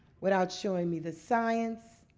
without showing me the science,